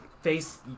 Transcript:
face